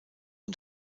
und